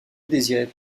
désirait